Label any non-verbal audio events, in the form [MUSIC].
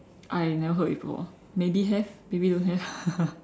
I never heard before maybe have maybe don't have [LAUGHS]